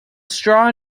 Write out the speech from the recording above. straw